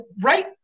right